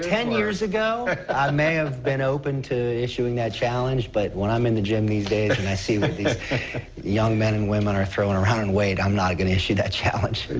ten years ago i may have been open to issuing that challenge, but when i'm in the gym these tays and i see like these young men and women are throwing around in weight, i'm not going to issue that challenge.